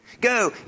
Go